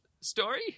story